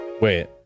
Wait